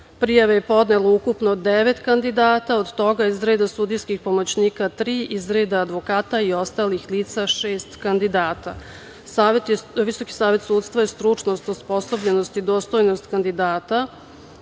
Preševu. Prijave je podnelo ukupno devet kandidata, od toga iz reda sudijskih pomoćnika tri, iz reda advokata i ostalih lica šest kandidata. Visoki savet sudstva je stručnost, osposobljenost i dostojnost kandidata